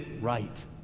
right